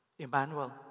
Emmanuel